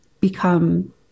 become